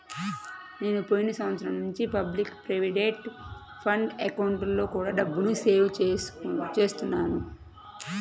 నేను పోయిన సంవత్సరం నుంచి పబ్లిక్ ప్రావిడెంట్ ఫండ్ అకౌంట్లో కూడా డబ్బుని సేవ్ చేస్తున్నాను